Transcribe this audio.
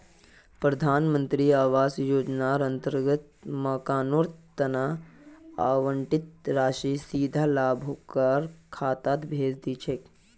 प्रधान मंत्री आवास योजनार अंतर्गत मकानेर तना आवंटित राशि सीधा लाभुकेर खातात भेजे दी छेक